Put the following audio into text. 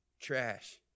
trash